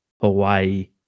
Hawaii